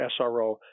SRO